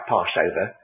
Passover